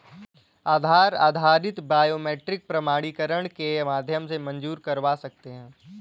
आधार आधारित बायोमेट्रिक प्रमाणीकरण के माध्यम से मंज़ूर करवा सकते हैं